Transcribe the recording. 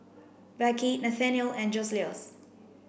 Becky Nathanial and Joseluis